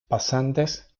pasantes